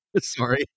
sorry